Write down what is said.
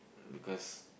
because